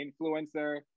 influencer